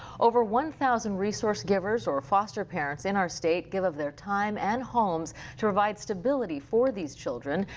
over one thousand resource caregivers, or foster parents, in our state give of their time, and homes to provide stability for these children.